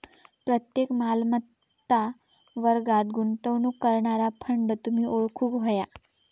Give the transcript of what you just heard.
प्रत्येक मालमत्ता वर्गात गुंतवणूक करणारा फंड तुम्ही ओळखूक व्हया